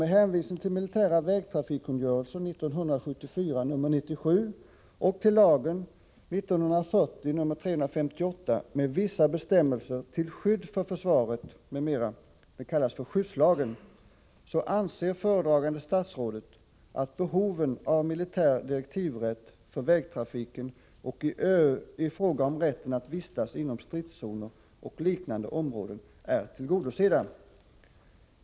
Med hänvisning till militära vägtrafikkungörelsen och till lagen med vissa bestämmelser till skydd för försvaret m.m. anser föredragande statsrådet att behoven av militär direktivrätt för vägtrafiken och i fråga om rätten att vistas inom stridszoner och liknande områden är tillgodosedda.